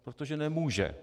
Protože nemůže.